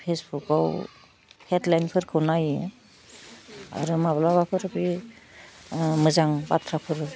फेसबुकआव हेडलाइनफोरखौ नाइयो आरो माब्लाबाफोर बे मोजां बाथ्राफोर